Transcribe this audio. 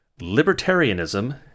libertarianism